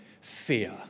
fear